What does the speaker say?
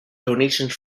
donations